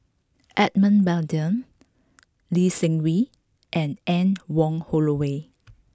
Edmund Blundell Lee Seng Wee and Anne Wong Holloway